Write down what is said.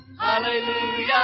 Hallelujah